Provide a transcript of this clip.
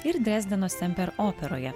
ir drezdeno semper operoje